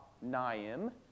naim